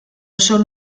són